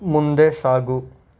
ಮುಂದೆ ಸಾಗು